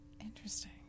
Interesting